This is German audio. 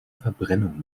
verbrennung